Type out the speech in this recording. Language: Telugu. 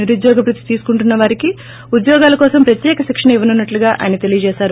నిరుద్యోగ భృతి తీసుకుంటున్న వారికి ఉద్యోగాల కోసం ప్రత్యేక శిక్షణ ఇవ్వనున్నట్లు చెప్పారు